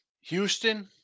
Houston